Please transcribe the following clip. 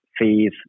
fees